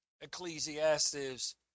Ecclesiastes